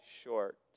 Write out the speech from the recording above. short